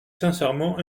sincèrement